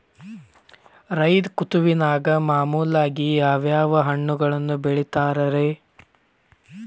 ಝೈದ್ ಋತುವಿನಾಗ ಮಾಮೂಲಾಗಿ ಯಾವ್ಯಾವ ಹಣ್ಣುಗಳನ್ನ ಬೆಳಿತಾರ ರೇ?